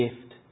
gift